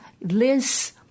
Liz